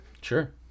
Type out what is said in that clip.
Sure